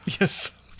Yes